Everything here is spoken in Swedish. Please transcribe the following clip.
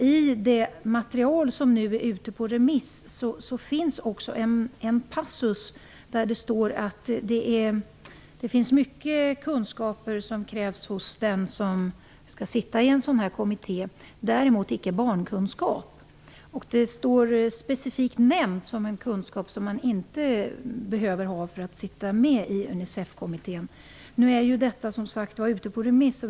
I det material som nu är ute på remiss finns också en passus där det står att det krävs mycket kunskaper hos den som skall sitta med i en sådan här kommitté men däremot inte barnkunskap. Det står specifikt nämnt som en kunskap som man inte behöver ha för att sitta med i Unicefkommittén. Nu är detta, som sagt var, ute på remiss.